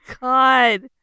God